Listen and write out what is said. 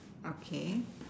okay